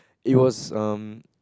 it was um